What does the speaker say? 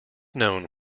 known